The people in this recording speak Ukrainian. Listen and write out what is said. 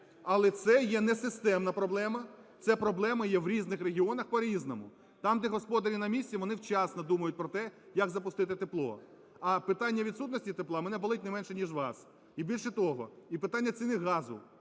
Але це є не системна проблема, це проблема є в різних регіонах по-різному. Там, де господарі на місці, вони вчасно думають про те, як запустити тепло. А питання відсутності тепла в мене болить не менше, ніж у вас. І більше того, і питання ціни газу